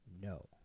No